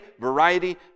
variety